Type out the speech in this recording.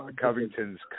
Covington's